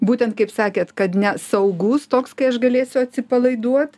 būtent kaip sakėt kad ne saugus toks kai aš galėsiu atsipalaiduot